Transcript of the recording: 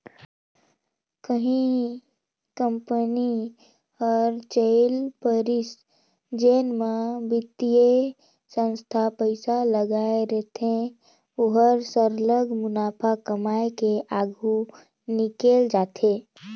कहीं कंपनी हर चइल परिस जेन म बित्तीय संस्था पइसा लगाए रहथे ओहर सरलग मुनाफा कमाए के आघु निकेल जाथे